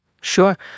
Sure